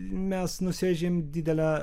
mes nusivežėm didelę